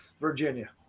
Virginia